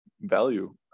value